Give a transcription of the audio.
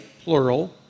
plural